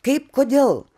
kaip kodėl